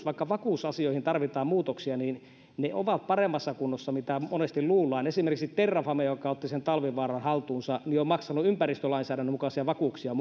vaikka vakuusasioihin tarvitaan muutoksia ne ovat paremmassa kunnossa kuin monesti luullaan esimerkiksi terrafame joka otti sen talvivaaran haltuunsa on maksanut ympäristölainsäädännön mukaisia vakuuksia